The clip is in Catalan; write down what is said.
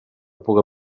puga